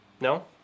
No